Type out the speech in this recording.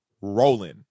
Rolling